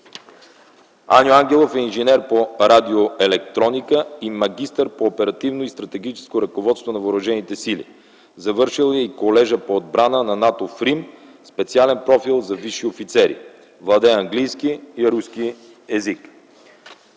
Аню Ангелов е инженер по радиоелектроника и магистър по оперативно и стратегическо ръководство на Въоръжените сили. Завършил е и Колежът по отбрана на НАТО в Рим със специален профил за висши офицери. Владее английски и руски език.